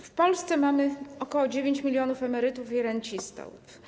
W Polsce mamy ok. 9 mln emerytów i rencistów.